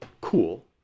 cool